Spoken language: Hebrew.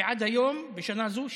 ועד היום בשנה זו,